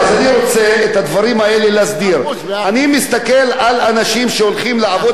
אני מסתכל על אנשים שהולכים לעבוד בבניין בגיל 16,